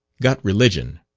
got religion.